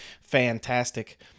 fantastic